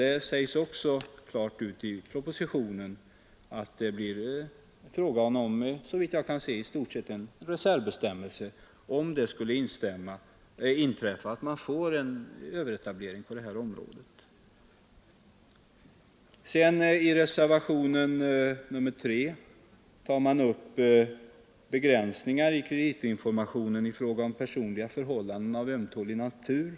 Det sägs klart ut i propositionen att det i stort sett blir fråga om en reservbestämmelse för den händelse det skulle bli överetablering på området. Reservationen 3 tar upp begränsningar i kreditinformationen i fråga om personliga förhållanden av ömtålig natur.